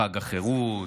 אני מנסה לחשוב, חג החירות,